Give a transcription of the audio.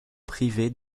privée